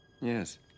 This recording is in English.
yes